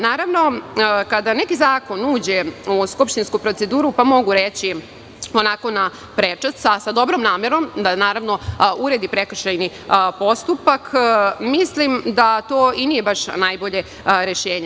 Naravno, kada neki zakon uđe u skupštinsku proceduru pa, mogu reći, onako na prečac, a sa dobrom namerom da uredi prekršajni postupak, mislim da to i nije baš najbolje rešenje.